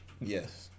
Yes